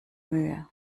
mühe